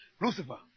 Lucifer